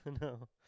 No